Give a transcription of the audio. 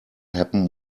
happen